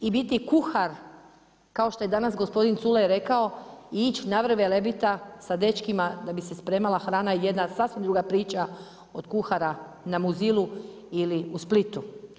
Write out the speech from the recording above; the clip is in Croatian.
I biti kuhar, kao što je danas gospodin Culej rekao i ići na vrh Velebita, sa dečkima da bi se spreman hrana je jedna sasvim druga priča od kuhara na muzilu ili u Splitu.